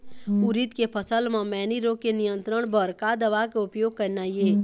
उरीद के फसल म मैनी रोग के नियंत्रण बर का दवा के उपयोग करना ये?